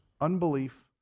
Unbelief